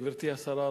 גברתי השרה,